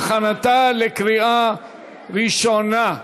לוועדת הכלכלה להכנתה לקריאה ראשונה.